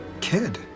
kid